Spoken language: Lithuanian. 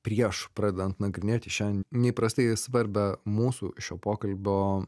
prieš pradedant nagrinėti šią neįprastai svarbią mūsų šio pokalbio